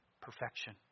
Perfection